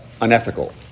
unethical